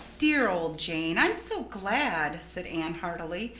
dear old jane i'm so glad, said anne heartily.